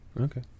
okay